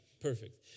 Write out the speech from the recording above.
perfect